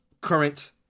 current